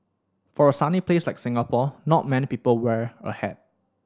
for a sunny place like Singapore not many people wear a hat